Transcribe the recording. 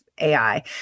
AI